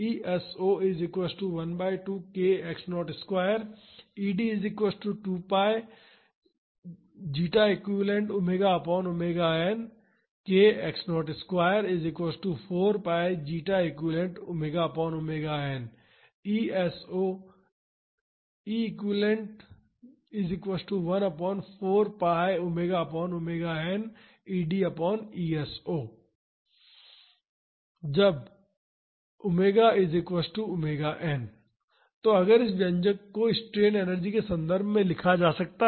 ES0 12 k x02 ED 𝜉eq 4 𝜉 eq ES0 𝜉 eq 𝜉 eq when तो अगर इस व्यंजक को स्ट्रेन एनर्जी के संदर्भ में लिखा जा सकता है